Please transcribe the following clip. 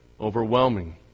Overwhelming